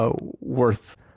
worth